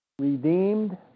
Redeemed